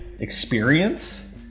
experience